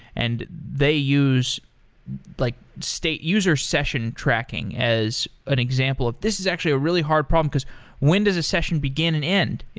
and they use like user session tracking as an example. this is actually a really hard problem, because when does a session begin and end?